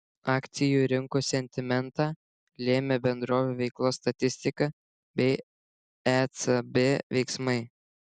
akcijų rinkų sentimentą lėmė bendrovių veiklos statistika bei ecb veiksmai